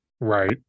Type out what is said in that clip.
Right